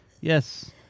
Yes